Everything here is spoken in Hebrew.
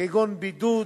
כגון בידוד,